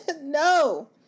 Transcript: no